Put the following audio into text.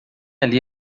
ali